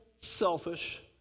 selfish